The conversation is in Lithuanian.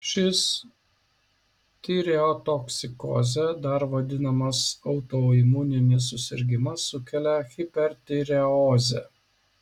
šis tireotoksikoze dar vadinamas autoimuninis susirgimas sukelia hipertireozę